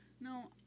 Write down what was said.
No